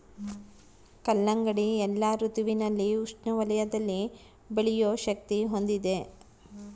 ಕಲ್ಲಂಗಡಿ ಎಲ್ಲಾ ಋತುವಿನಲ್ಲಿ ಉಷ್ಣ ವಲಯದಲ್ಲಿ ಬೆಳೆಯೋ ಶಕ್ತಿ ಹೊಂದಿದೆ